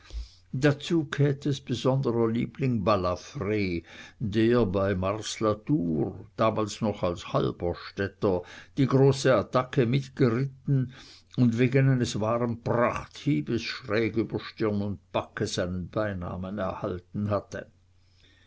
dazu käthes besonderer liebling balafr der bei mars la tour damals noch als halberstädter die große attacke mitgeritten und wegen eines wahren prachthiebes schräg über stirn und backe seinen beinamen erhalten hatte